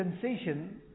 sensation